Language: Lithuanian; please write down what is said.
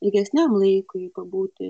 ilgesniam laikui pabūti